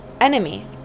enemy